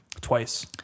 Twice